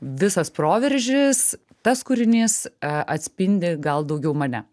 visas proveržis tas kūrinys atspindi gal daugiau mane